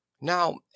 Now